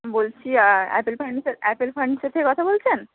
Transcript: বলছি apple furniture apple furniture থেকে কথা বলছেন